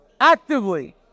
actively